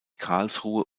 karlsruhe